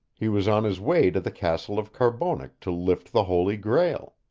he was on his way to the castle of carbonek to lift the holy grail.